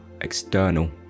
external